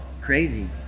crazy